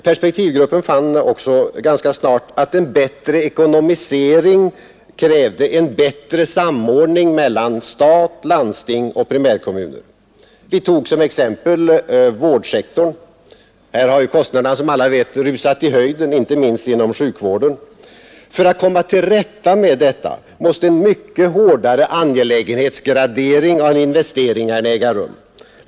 Perspektivgruppen fann också ganska snart, att en bättre ekonomisering krävde en bättre samordning mellan stat, landsting och primärkommuner. Vi tog som exempel bl.a. vårdsektorn. Här har kostnaderna som alla vet rusat i höjden, inte minst inom sjukvården. För att komma till rätta med detta måste en mycket hårdare angelägenhetsgradering av investeringarna äga rum.